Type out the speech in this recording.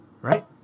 right